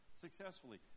successfully